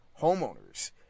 homeowners